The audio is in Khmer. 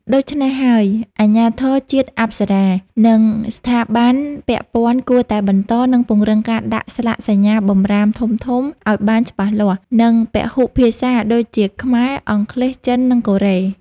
ដូច្នេះហើយ អាជ្ញាធរជាតិអប្សរា និងស្ថាប័នពាក់ព័ន្ធគួរតែបន្ត និងពង្រឹងការដាក់ស្លាកសញ្ញាបម្រាមធំៗអោយបានច្បាស់លាស់ និងពហុភាសាដូចជា ខ្មែរ អង់គ្លេស ចិន និងកូរ៉េ។